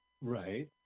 Right